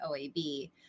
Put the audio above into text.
OAB